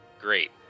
great